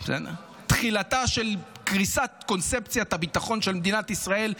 תחילתה של קריסת קונספציית הביטחון של מדינת ישראל,